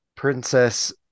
princess